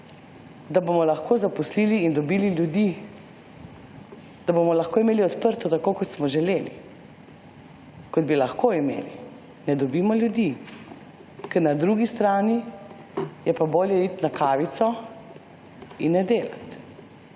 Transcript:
da bomo lahko zaposlili in dobili ljudi, da bomo lahko imeli odprto tako kot smo želeli, kot bi lahko imeli. Ne dobimo ljudi, ker na drugi strani je pa bolje iti na kavico in ne delati,